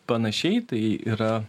panašiai tai yra